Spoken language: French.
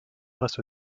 grâce